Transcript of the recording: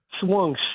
swung